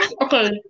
Okay